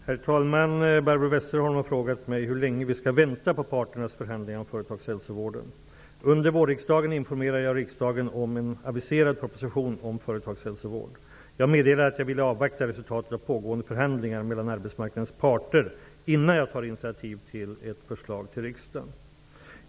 Herr talman! Barbro Westerholm har frågat mig hur länge vi skall vänta på parternas förhandlingar om företagshälsovården. Under vårriksdagen informerade jag riksdagen om en aviserad proposition om företagshälsovård. Jag meddelade att jag ville avvakta resultatet av pågående förhandlingar mellan arbetsmarknadens parter innan jag tar initiativ till ett förslag till riksdagen.